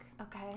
Okay